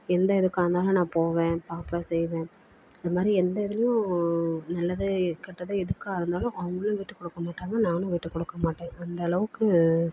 எந்த இதுக்கா இருந்தாலும் நான் போவேன் பார்ப்பேன் செய்வேன் இது மாதிரி எந்த இதுலேயும் நல்லது கெட்டது எதுக்கா இருந்தாலும் அவங்களும் விட்டுக் கொடுக்க மாட்டாங்க நானும் விட்டுக் கொடுக்க மாட்டேன் அந்த அளவுக்கு